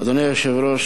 אדוני היושב-ראש,